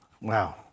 Wow